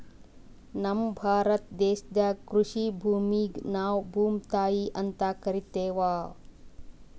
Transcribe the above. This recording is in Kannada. ನಮ್ ಭಾರತ ದೇಶದಾಗ್ ಕೃಷಿ ಭೂಮಿಗ್ ನಾವ್ ಭೂಮ್ತಾಯಿ ಅಂತಾ ಕರಿತಿವ್